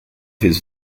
his